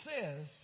says